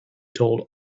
told